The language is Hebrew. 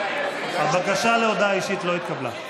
הבקשה להודעה אישית לא התקבלה.